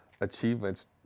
achievements